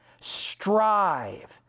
strive